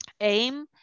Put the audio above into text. aim